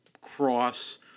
cross